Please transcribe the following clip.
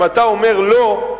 אם אתה אומר לא,